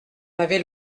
avait